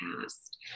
past